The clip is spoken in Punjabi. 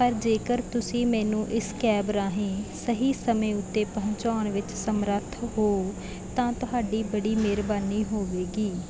ਪਰ ਜੇਕਰ ਤੁਸੀਂ ਮੈਨੂੰ ਇਸ ਕੈਬ ਰਾਹੀਂ ਸਹੀ ਸਮੇਂ ਉੱਤੇ ਪਹੁੰਚਾਉਣ ਵਿੱਚ ਸਮਰੱਥ ਹੋ ਤਾਂ ਤੁਹਾਡੀ ਬੜੀ ਮਿਹਰਬਾਨੀ ਹੋਵੇਗੀ